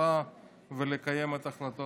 ממשלה ולקיים את החלטות